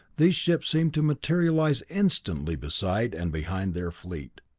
these ships seemed to materialize instantly beside and behind their fleet.